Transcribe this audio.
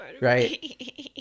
right